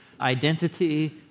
identity